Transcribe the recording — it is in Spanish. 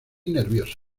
nerviosos